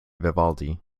vivaldi